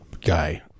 guy